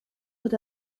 but